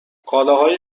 کالاهای